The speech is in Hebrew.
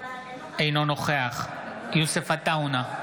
אינו נוכח יוסף עטאונה,